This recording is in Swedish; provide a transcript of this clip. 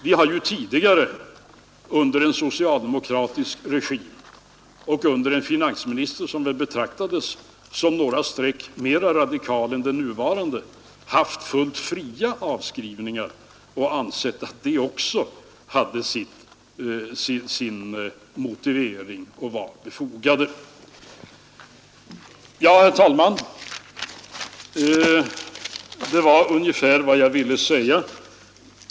Vi har ju tidigare under en socialdemokratisk regi och under en finansminister som betraktades som några streck mera radikal än den nuvarande haft fullt fria avskrivningar och ansett att de också hade sin motivering och var befogade. Herr talman! Detta var ungefär vad jag ville säga.